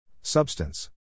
Substance